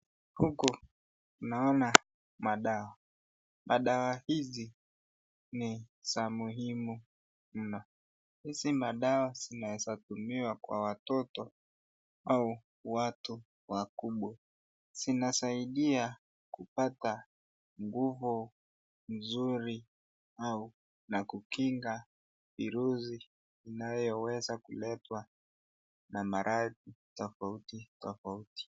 Huku tunaona madawa, madawa hizi ni za muhimu mno. Hizi madawa zinaweza tumiwa kwa watoto au watu wakubwa. Zinasaidia kupata nguvu nzuri na kukinga virusi vinavyoweza kuletwa na maradhi tofauti tofauti.